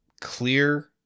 clear